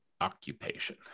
occupation